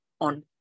on